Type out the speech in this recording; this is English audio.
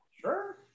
Sure